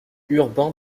urbain